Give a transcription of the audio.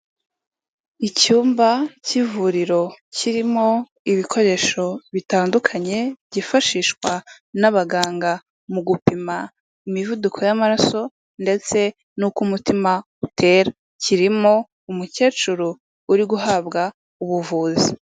Icyumba cy'ivuriro kirimo ibikoresho bitandukanye, byifashishwa n'abaganga mu gupima imivuduko y'amaraso ndetse n'uko umutima utera, kirimo umukecuru uri guhabwa ubuvuzi.